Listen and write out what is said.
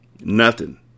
Nothing